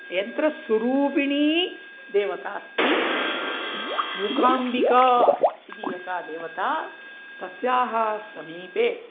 यन्त्रस्वरूपिणी देवता अस्ति मुखाम्बिका इति एका देवता तस्याः समीपे